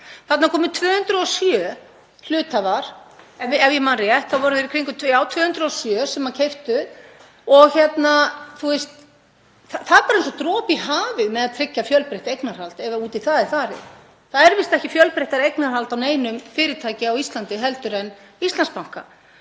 Þarna komu 207 hluthafar, ef ég man rétt, það voru í kringum 207 sem keyptu og það er bara eins og dropi í hafið ef það á að tryggja fjölbreytt eignarhald ef út í það er farið. Það er víst ekki fjölbreyttara eignarhald á neinu fyrirtæki á Íslandi heldur en Íslandsbanka.